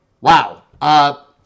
Wow